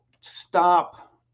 stop